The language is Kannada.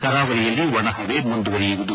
ಕರಾವಳಿಯಲ್ಲಿ ಒಣಹವೆ ಮುಂದುವರಿಯಲಿದೆ